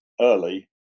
early